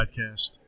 podcast